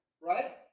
right